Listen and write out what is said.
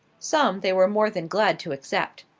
some they were more than glad to accept.